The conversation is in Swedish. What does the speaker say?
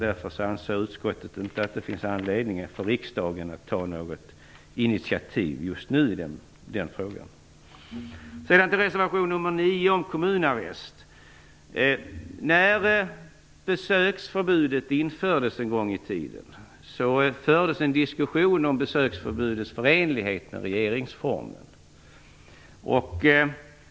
Därför anser utskottet att det inte för närvarande finns anledning för riksdagen att ta något initiativ i den frågan. Till reservation nr 9 om kommunarrest. När besöksförbudet infördes en gång i tiden fördes en diskussion om besöksförbudets förenlighet med regeringsformen.